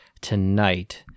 tonight